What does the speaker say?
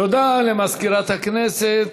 תודה למזכירת הכנסת.